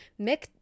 Mick